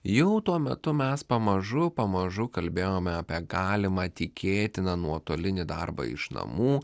jau tuo metu mes pamažu pamažu kalbėjome apie galimą tikėtiną nuotolinį darbą iš namų